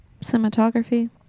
Cinematography